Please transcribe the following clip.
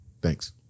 Thanks